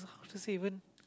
how does he even